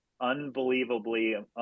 unbelievably